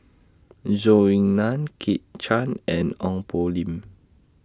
Zhou Ying NAN Kit Chan and Ong Poh Lim